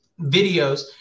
videos